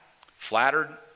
flattered